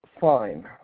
fine